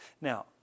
Now